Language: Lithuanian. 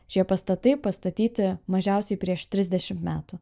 šie pastatai pastatyti mažiausiai prieš trisdešimt metų